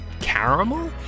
caramel